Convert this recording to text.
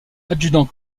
adjudant